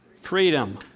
freedom